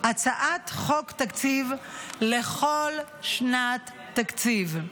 הצעת חוק תקציב לכל שנת תקציב.